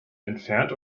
entfernt